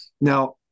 Now